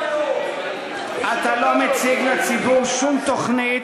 אתה לא מציג לציבור שום תוכנית,